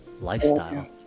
lifestyle